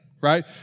right